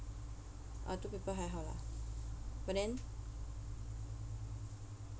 ah two paper 还好 lah but then